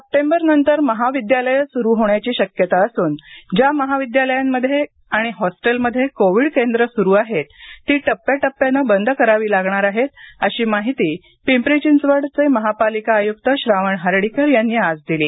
सप्टेंबरनंतर महाविद्यालयं सुरू होण्याची शक्यता असून ज्या महाविद्यालयांमध्ये आणि होस्टेलमध्ये कोविड केअर केंद्रं सुरू आहेत ती टप्याटप्याने बंद करावी लागणार आहेत अशी माहिती पिंपरी चिंचवडचे महापालिका आयुक्त श्रावण हर्डीकर यांनी आज दिली